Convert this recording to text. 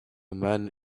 man